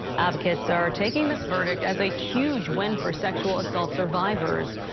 cuts are are taking this verdict as a huge win for sexual assault survivors.